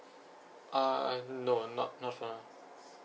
uh no not not for now